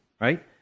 Right